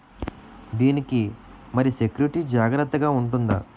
దీని కి మరి సెక్యూరిటీ జాగ్రత్తగా ఉంటుందా?